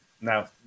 Now